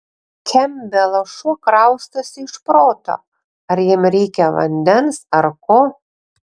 kempbelo šuo kraustosi iš proto ar jam reikia vandens ar ko